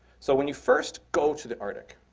so when you first go to the arctic,